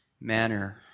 manner